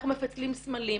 אנחנו מפצלים סמלים,